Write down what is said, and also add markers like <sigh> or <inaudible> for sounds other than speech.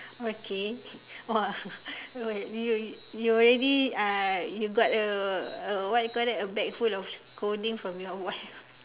okay !wah! <laughs> you you already uh you got a what you call that a bag full of scolding from your wife